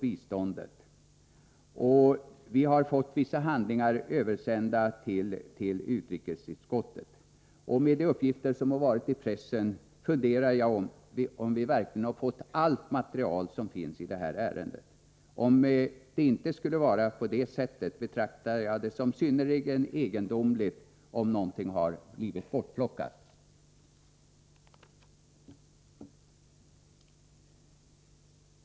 Vi har fått vissa handlingar översända till utrikesutskottet, men med de uppgifter som förekommit i pressen funderar jag över om vi verkligen har fått allt material som finns i ärendet. Jag betraktar det som synnerligen egendomligt om någonting har blivit bortplockat.